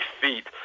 feet